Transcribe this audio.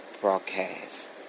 broadcast